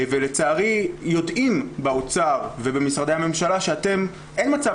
לצערי יודעים באוצר ובמשרדי הממשלה שאין מצב